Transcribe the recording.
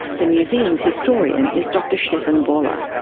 the museum's historian is dr stefan wolle.